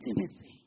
Intimacy